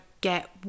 get